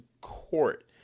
court